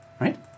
Right